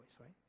right